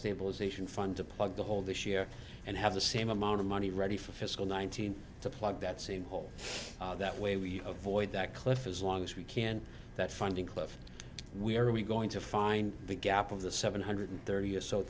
stabilization fund to plug the hole this year and have the same amount of money ready for fiscal nineteen to plug that same hole that way we avoid that cliff as long as we can that funding cliff and we are we going to find the gap of the seven hundred thirty or so